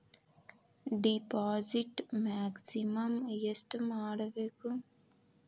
Deposit maximum ಎಷ್ಟು ಮಾಡಬೇಕು?